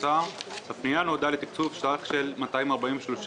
הפנייה נועדה לתקצוב סך של 243